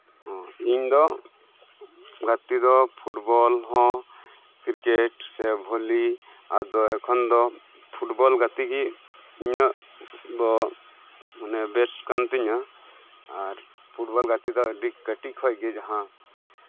ᱤᱧ ᱫᱚ ᱜᱟᱛᱮ ᱯᱷᱩᱴᱵᱚᱞ ᱦᱚᱸ ᱠᱨᱤᱠᱮᱴ ᱥᱮ ᱵᱷᱚᱞᱤ ᱟᱫᱚ ᱮᱠᱷᱚᱱ ᱫᱚ ᱯᱷᱩᱴᱵᱚᱞ ᱜᱟᱛᱮᱜ ᱜᱮ ᱤᱧᱟᱹᱜ ᱵᱮᱥᱴ ᱠᱟᱱ ᱛᱤᱧᱟ ᱟᱨ ᱯᱷᱩᱴᱵᱚᱞ ᱜᱟᱛᱮ ᱫᱚ ᱟᱹᱰᱤ ᱠᱟᱹᱴᱤᱡ ᱠᱷᱚᱡᱜᱮ ᱡᱟᱦᱟᱸ